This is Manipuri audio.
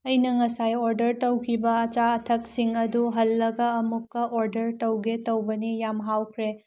ꯑꯩꯅ ꯉꯁꯥꯏ ꯑꯣꯔꯗ꯭ꯔ ꯇꯧꯈꯤꯕ ꯑꯆꯥ ꯑꯊꯛꯁꯤꯡ ꯑꯗꯨ ꯍꯜꯂꯒ ꯑꯃꯨꯛꯀ ꯑꯣꯔꯗ꯭ꯔ ꯇꯧꯒꯦ ꯇꯧꯕꯅꯤ ꯌꯥꯝ ꯍꯥꯎꯈ꯭ꯔꯦ